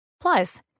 Plus